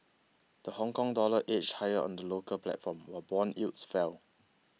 the Hongkong dollar edged higher on the local platform while bond yields fell